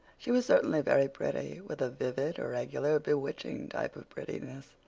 she was certainly very pretty, with a vivid, irregular, bewitching type of prettiness.